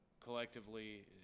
collectively